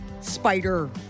spider